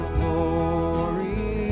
glory